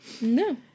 No